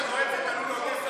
אתה צודק,